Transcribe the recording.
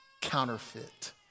Counterfeit